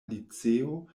liceo